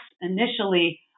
initially